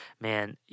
Man